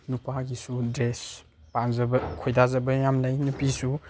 ꯅꯨꯄꯥꯒꯤꯁꯨ dress ꯄꯥꯝꯖꯕ ꯈꯣꯏꯗꯥꯖꯕ ꯌꯥꯝ ꯂꯩ ꯅꯨꯄꯤꯁꯨ